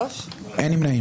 הצבעה לא אושרה נפל.